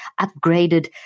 upgraded